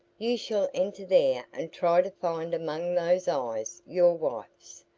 you shall enter there and try to find among those eyes your wife's,